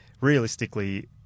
realistically